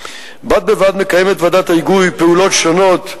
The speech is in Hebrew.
בד בבד מקיימת ועדת ההיגוי פעולות שונות,